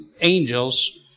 angels